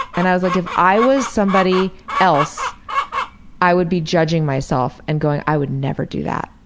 and i was like if i was somebody else i would be judging myself and going i would never do that.